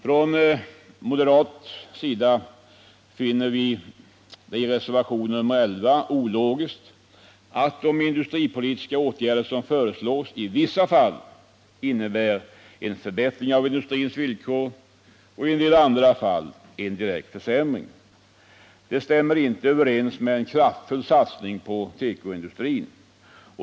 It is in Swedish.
Från moderat sida finner vi det i reservationen 11 ologiskt att de industripoiitiska åtgärder som föreslås i vissa fall innebär en förbättring av industrins villkor, i en del andra fall en direkt försämring. Det stämmer inte överens med en kraftfull satsning på tekoindustrin.